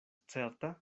certa